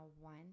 one